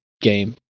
game